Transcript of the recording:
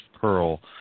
Pearl